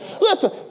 Listen